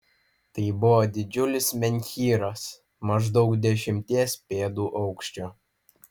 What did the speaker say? tai buvo didžiulis menhyras maždaug dešimties pėdų aukščio